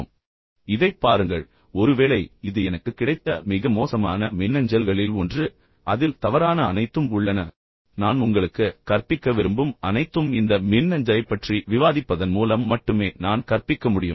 இப்போது இதைப் பாருங்கள் ஒருவேளை இது எனக்கு கிடைத்த மிக மோசமான மின்னஞ்சல்களில் ஒன்று மற்றும் அதில் தவறான அனைத்தும் உள்ளன நான் உங்களுக்கு கற்பிக்க விரும்பும் அனைத்தும் இந்த மின்னஞ்சலைப் பற்றி விவாதிப்பதன் மூலம் மட்டுமே நான் கற்பிக்க முடியும்